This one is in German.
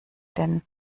denn